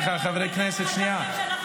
--- חשבתם שאנחנו מתפרקים?